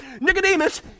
Nicodemus